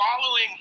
following